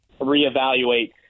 reevaluate